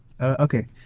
Okay